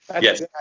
yes